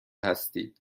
هستید